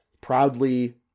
proudly